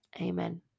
Amen